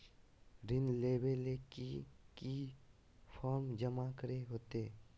ऋण लेबे ले की की फॉर्म जमा करे होते?